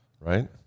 right